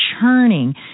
churning